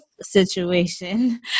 situation